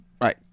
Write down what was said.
Right